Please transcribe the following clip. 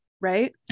Right